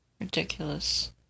Ridiculous